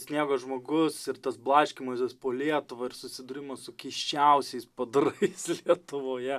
sniego žmogus ir tas blaškymasis po lietuvą ir susidūrimas su keisčiausiais padarais lietuvoje